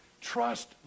Trust